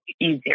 easier